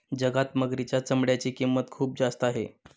जगात मगरीच्या चामड्याची किंमत खूप जास्त आहे